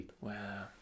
Wow